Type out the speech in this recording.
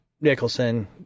Nicholson